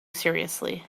seriously